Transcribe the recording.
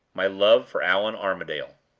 my love for allan armadale.